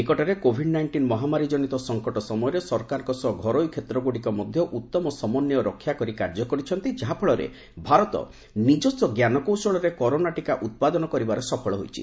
ନିକଟରେ covid nineteen ମହାମାରୀଜନିତ ସଙ୍କଟ ସମୟରେ ସରକାରଙ୍କ ସହ ଘରୋଇ କ୍ଷେତ୍ରଗୁଡ଼ିକ ମଧ୍ୟ ଉତ୍ତମ ସମନ୍ୱୟ ରକ୍ଷା କରି କାର୍ଯ୍ୟ କରିଛନ୍ତି ଯାହାଫଳରେ ଭାରତ ନିଜସ୍ୱ ଜ୍ଞାନକୌଶଳରେ କରୋନା ଟିକା ଉତ୍ପାଦନ କରିବାରେ ସଫଳ ହୋଇଛି